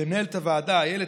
למנהלת הוועדה איילת,